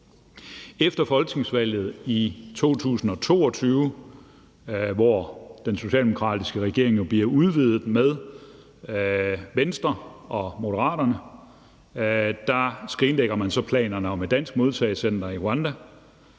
Efter folketingsvalget i 2022, hvor den socialdemokratiske regering jo bliver udvidet med Venstre og Moderaterne, skrinlægger man planerne om et dansk modtagecenter i Rwanda.